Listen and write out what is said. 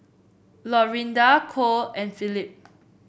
Lorinda Kole and Phillip